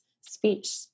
speech